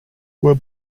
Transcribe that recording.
were